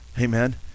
Amen